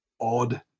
odd